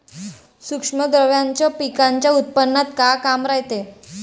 सूक्ष्म द्रव्याचं पिकाच्या उत्पन्नात का काम रायते?